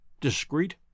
discreet